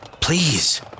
Please